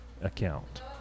account